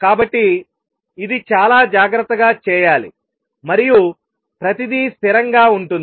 కాబట్టి ఇది చాలా జాగ్రత్తగా చేయాలి మరియు ప్రతిదీ స్థిరంగా ఉంటుంది